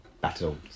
battle